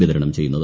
പിതരണം ചെയ്യുന്നത്